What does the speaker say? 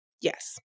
Yes